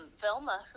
Velma